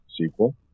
sequel